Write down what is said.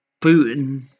Putin